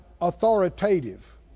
authoritative